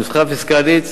הנוסחה הפיסקלית,